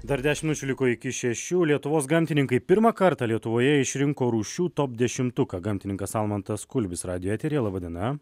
dar dešim minučių liko iki šešių lietuvos gamtininkai pirmą kartą lietuvoje išrinko rūšių top dešimtuką gamtininkas almantas kulbis radijo eteryje laba diena